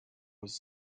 was